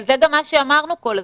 אבל זה גם מה שאמרנו כל הזמן.